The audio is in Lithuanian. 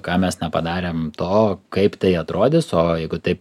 ką mes nepadarėm to kaip tai atrodys o jeigu taip